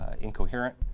incoherent